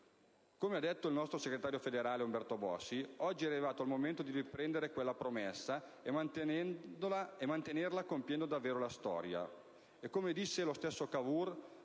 Come ha detto il nostro segretario federale, Umberto Bossi: «Oggi è arrivato il momento di riprendere quella promessa e mantenerla compiendo davvero la storia». Come disse lo stesso Cavour: